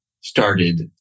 started